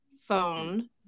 phone